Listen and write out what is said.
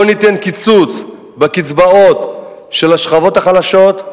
לא ניתן לקצץ בקצבאות של השכבות החלשות,